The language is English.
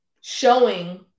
showing